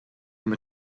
mit